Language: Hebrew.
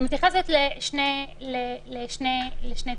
היא מתייחסת לשני תיקונים,